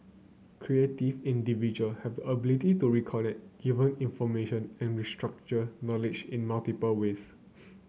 creative individual have ability to reconnect given information and restructure knowledge in multiple ways